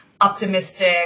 optimistic